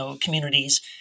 communities